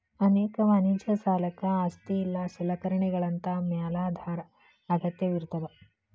ಅನೇಕ ವಾಣಿಜ್ಯ ಸಾಲಕ್ಕ ಆಸ್ತಿ ಇಲ್ಲಾ ಸಲಕರಣೆಗಳಂತಾ ಮ್ಯಾಲಾಧಾರ ಅಗತ್ಯವಿರ್ತದ